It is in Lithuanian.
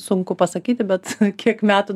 sunku pasakyti bet kiek metų